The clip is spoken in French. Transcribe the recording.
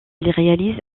réalise